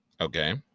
Okay